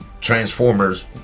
transformers